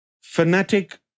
fanatic